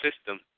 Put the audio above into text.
system